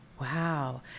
Wow